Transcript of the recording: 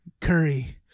curry